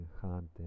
hunting